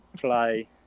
Play